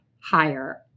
higher